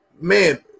man